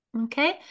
Okay